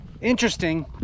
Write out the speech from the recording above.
interesting